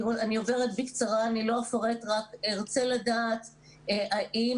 אני מתכבד לפתוח את ישיבת ועדת העבודה,